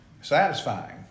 satisfying